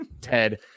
Ted